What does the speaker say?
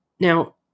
Now